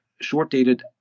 short-dated